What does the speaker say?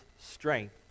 strength